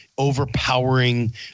overpowering